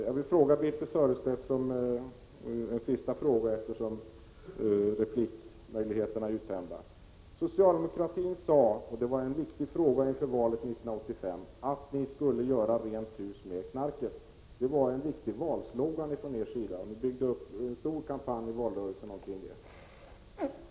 Jag vill ställa en sista fråga till Birthe Sörestedt, eftersom replikmöjligheterna är uttömda. Socialdemokraterna sade, och det var en viktig fråga inför valet 1985, att ni skulle göra rent hus med knarket. Det var en viktig valslogan från er sida. Ni byggde upp en stor kampanj i valrörelsen omkring det.